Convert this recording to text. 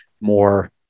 more